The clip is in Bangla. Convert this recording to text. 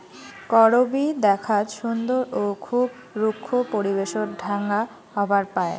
করবী দ্যাখ্যাত সুন্দর ও খুব রুক্ষ পরিবেশত ঢাঙ্গা হবার পায়